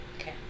Okay